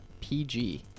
PG